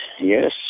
yes